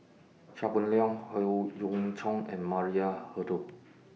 Chia Boon Leong Howe Yoon Chong and Maria Hertogh